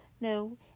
no